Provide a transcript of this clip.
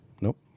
Nope